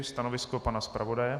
Stanovisko pana zpravodaje?